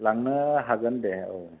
लांनो हागोन दे औ